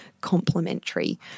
complementary